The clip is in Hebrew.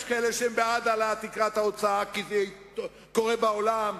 יש כאלה שהם בעד העלאת תקרת ההוצאה כי זה קורה בעולם,